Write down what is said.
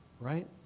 Right